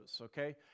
Okay